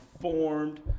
formed